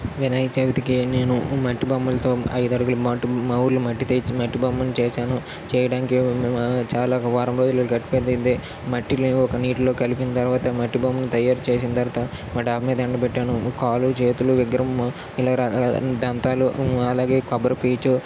వినాయక చవితికి నేను మట్టి బొమ్మలతో ఐదు అడుగుల మట్టి మా ఊర్లో మట్టి తెచ్చి మట్టి బొమ్మను చేశాను చేయడానికి చాలా వారం రోజులు పట్టింది మట్టిని ఒక నీటిలో కలిపిన తర్వాత మట్టి బొమ్మను తయారు చేసిన తర్వాత మా డాబా మీద ఎండ పెట్టాను కాళ్ళు చేతులు విగ్రహం దంతాలు అలాగే కొబ్బరి పీచు